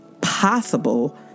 possible